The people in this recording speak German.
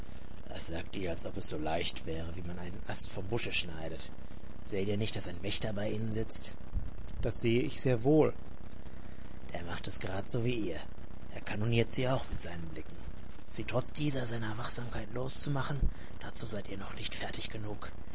das sagt ihr als ob es so leicht wäre wie man einen ast vom busche schneidet seht ihr nicht daß ein wächter bei ihnen sitzt das sehe ich sehr wohl der macht es grad so wie ihr er kanoniert sie auch mit seinen blicken sie trotz dieser seiner wachsamkeit loszumachen dazu seid ihr noch nicht fertig genug